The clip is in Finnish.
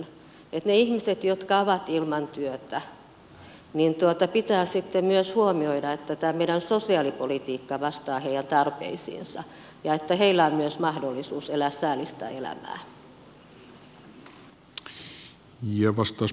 myös ne ihmiset jotka ovat ilman työtä pitää sitten huomioida että tämä meidän sosiaalipolitiikka vastaa heidän tarpeisiinsa ja että myös heillä on mahdollisuus elää säällistä elämää